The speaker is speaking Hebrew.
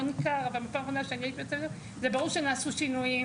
ניכר אבל פעם אחרונה שאני הייתי בבית ספר זה ברור שנעשו שינויים,